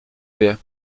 wie